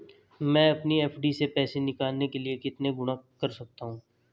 मैं अपनी एफ.डी से पैसे निकालने के लिए कितने गुणक कर सकता हूँ?